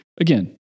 again